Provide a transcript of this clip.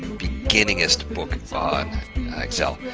beginiest book on excel.